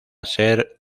ser